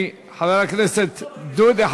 אדוני חבר הכנסת דודי,